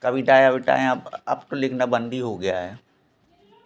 कविताएं अविताएं अब तो लिखना बंद भी हो गया है